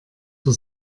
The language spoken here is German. für